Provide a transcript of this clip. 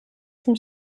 zum